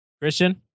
Christian